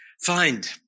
find